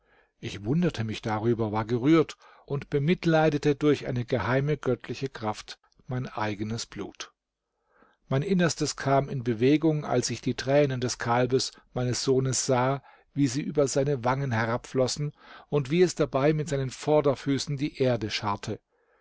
ich wunderte mich darüber war gerührt und bemitleidete durch eine geheime göttliche kraft mein eigenes blut mein innerstes kam in bewegung als ich die tränen des kalbes meines sohnes sah wie sie über seine wangen herabflossen und wie es dabei mit seinen vorderfüßen die erde scharrte